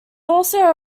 also